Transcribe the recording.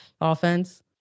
offense